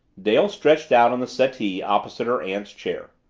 dale stretched out on the settee opposite her aunt's chair.